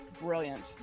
Brilliant